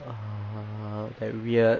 uh that weird